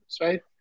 right